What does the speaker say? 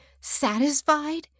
satisfied